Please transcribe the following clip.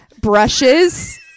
brushes